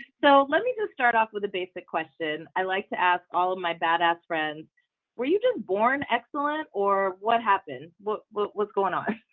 so let me just start off with a basic question. i like to ask all of my badass friends were you just born excellent or what happened? what what was going on